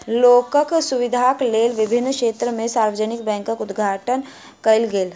लोकक सुविधाक लेल विभिन्न क्षेत्र में सार्वजानिक बैंकक उद्घाटन कयल गेल